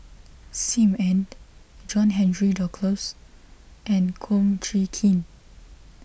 Sim Ann John Henry Duclos and Kum Chee Kin